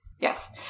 Yes